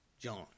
John